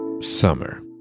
summer